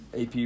AP